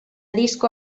disko